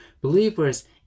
believers